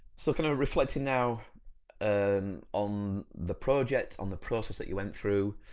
so kind of reflecting now and on the project on the process that you went through,